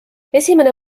esimene